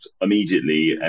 immediately